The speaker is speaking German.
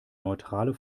neutrale